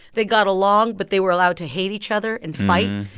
they got along. but they were allowed to hate each other and fight,